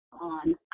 on